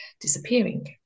disappearing